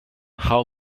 how